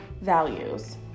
values